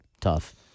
tough